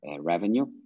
revenue